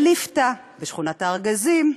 בליפתא, בשכונת-הארגזים,